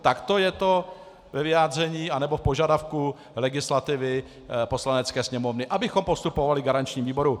Takto je to ve vyjádření anebo v požadavku legislativy Poslanecké sněmovny, abychom postupovali v garančním výboru.